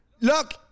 look